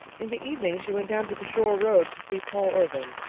in the evening she went down to the shore road to see paul irving.